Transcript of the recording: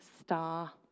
star